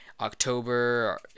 October